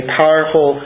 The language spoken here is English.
powerful